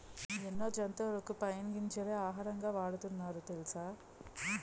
ఎన్నో జంతువులకు పైన్ గింజలే ఆహారంగా వాడుతున్నారు తెలుసా?